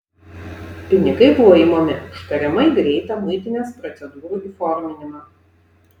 pinigai buvo imami už tariamai greitą muitinės procedūrų įforminimą